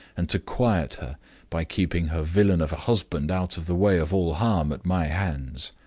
and to quiet her by keeping her villain of a husband out of the way of all harm at my hands.